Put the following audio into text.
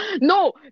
No